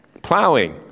Plowing